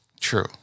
True